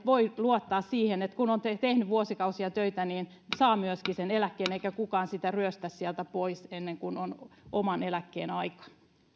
voi luottaa siihen että kun on tehnyt vuosikausia töitä niin saa myöskin sen eläkkeen eikä kukaan sitä ryöstä pois ennen kuin on oman eläkkeen aika